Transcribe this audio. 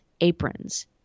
aprons